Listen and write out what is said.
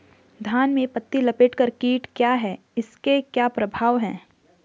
धान में पत्ती लपेटक कीट क्या है इसके क्या प्रभाव हैं?